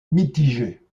mitigés